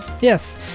Yes